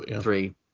Three